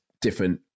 different